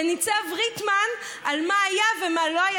לניצב ריטמן על מה היה ומה לא היה.